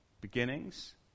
beginnings